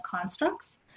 constructs